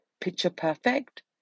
picture-perfect